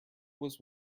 was